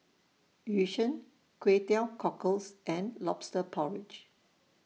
Yu Sheng Kway Teow Cockles and Lobster Porridge